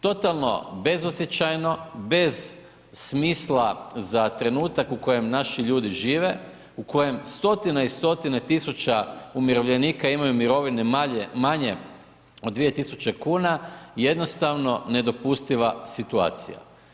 Totalno bezosjećajno, bez smisla za trenutak u kojem naši ljudi žive u kojem stotine i stotine tisuća umirovljenika imaju mirovine manje od 2 tisuće kuna, jednostavno nedopustiva situacija.